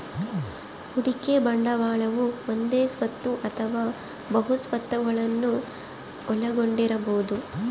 ಹೂಡಿಕೆ ಬಂಡವಾಳವು ಒಂದೇ ಸ್ವತ್ತು ಅಥವಾ ಬಹು ಸ್ವತ್ತುಗುಳ್ನ ಒಳಗೊಂಡಿರಬೊದು